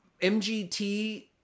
MGT